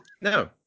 No